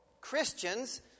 Christians